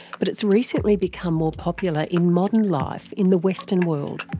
but it's recently become more popular in modern life, in the western world.